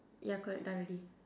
ya correct done already